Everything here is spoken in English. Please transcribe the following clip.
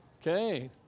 Okay